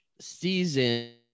season